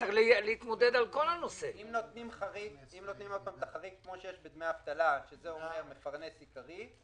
יש חברי כנסת שאומרים ככה ויש חברי כנסת שאומרים אחרת.